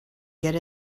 get